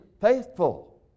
faithful